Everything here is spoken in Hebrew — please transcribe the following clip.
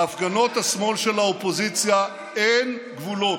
בהפגנות השמאל של האופוזיציה אין גבולות.